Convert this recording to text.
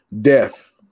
Death